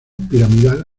piramidal